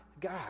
God